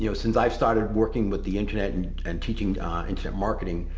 you know since i've started working with the internet and and teaching internet marketing,